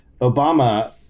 Obama